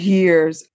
years